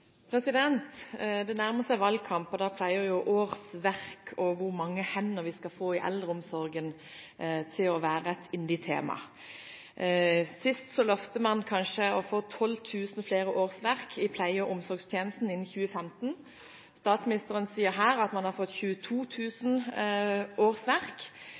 hvor mange hender vi skal få i eldreomsorgen, å være et yndet tema. Sist lovet man å få 12 000 flere årsverk i pleie- og omsorgstjenesten innen 2015. Statsministeren sier her at man har fått 22 000 årsverk.